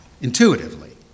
intuitively